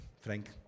Frank